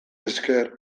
esker